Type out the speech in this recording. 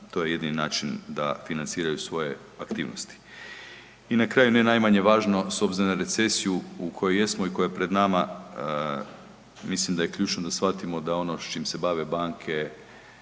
to je jedini način da financiraju svoje aktivnosti. I na kraju, ne najmanje važno s obzirom na recesiju u kojoj jesmo i koja je pred nama mislim da je ključno da shvatimo da ono s čim se bave banke